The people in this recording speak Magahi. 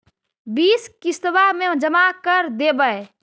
बिस किस्तवा मे जमा कर देवै?